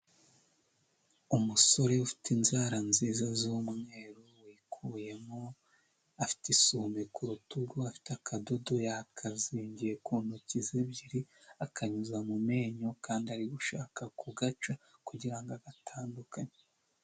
Umusore ufite inzara nziza z'umweru wikuyemo afite isume ku rutugu, afite akadodo yakazingiye ku ntoki ze ebyiri akanyuza mu menyo kandi ari gushaka kugaca kugira ngo agatandukanye.